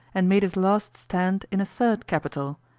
and made his last stand in a third capital,